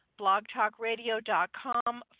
blogtalkradio.com